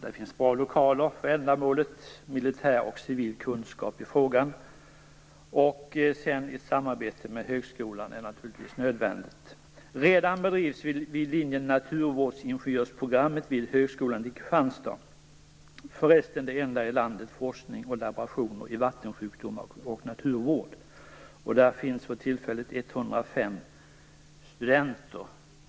Där finns bra lokaler för ändamålet och militär och civil kunskap i frågan. Ett samarbete med högskolan är naturligtvis nödvändigt. Det bedrivs redan utbildning vid linjen för naturvårdsingenjörsprogrammet i Kristianstad. Det är den enda platsen i landet där det bedrivs forskning och laborationer i vattensjukdomar och naturvård. Där finns för tillfället 105 studenter.